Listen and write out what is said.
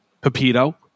Pepito